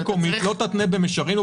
"רשות מקומית לא תתנה במישרין או